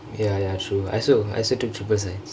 ya ya true I also I also took triple science